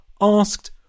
asked